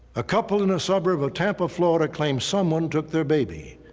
a couple in a suburb of tampa, florida claims someone took their baby.